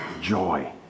Joy